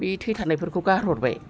बे थैखानायफोरखौ गारहरबाय